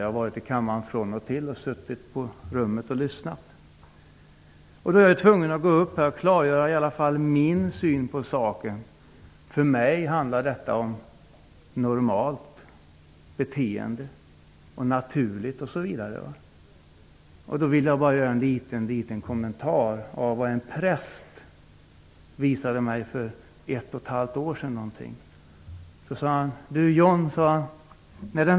Jag har varit i kammaren från och till och suttit på rummet och lyssnat. Jag är tvungen att gå upp i talarstolen och klargöra vad som i alla fall är min syn på saken. För mig handlar detta om normalt beteende och vad som är naturligt osv. Jag vill bara göra en liten liten kommentar och berätta vad en präst visade mig för ungefär ett och ett halvt år sedan.